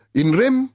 inrim